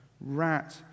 rat